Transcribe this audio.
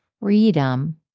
freedom